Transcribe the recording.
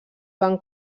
van